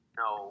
no